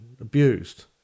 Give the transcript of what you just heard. abused